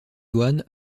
douane